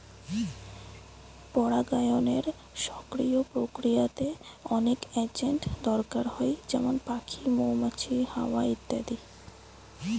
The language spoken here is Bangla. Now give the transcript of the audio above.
পরাগায়নের সক্রিয় প্রক্রিয়াতে অনেক এজেন্ট দরকার হয় যেমন পাখি, মৌমাছি, হাওয়া ইত্যাদি